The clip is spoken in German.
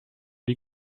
die